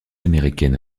américaine